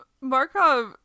Markov